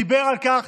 תודה רבה.